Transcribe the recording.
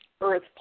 earth